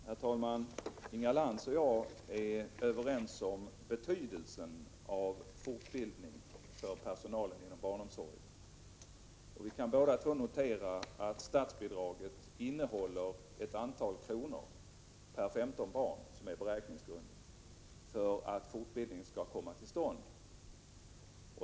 Herr talman! Inga Lantz och jag är överens om betydelsen av fortbildning för personalen inom barnomsorgen. Vi kan båda två notera att statsbidraget innehåller ett antal kronor per 15 barn som man beräknat skall behövas för att fortbildning skall komma till stånd.